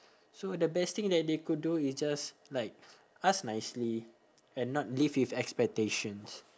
so the best thing that they could do is just like ask nicely and not live with expectations